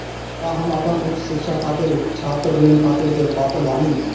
का हम अपन उच्च शिक्षा खातिर छात्र ऋण खातिर के पात्र बानी?